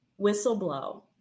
whistleblow